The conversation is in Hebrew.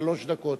שלוש דקות.